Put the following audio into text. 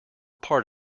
part